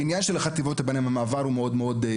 כי עניין פרק הזמן של חטיבת הביניים וכל המעבר הזה הוא מאוד בעייתי.